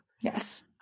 Yes